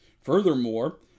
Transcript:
Furthermore